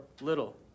little